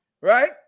right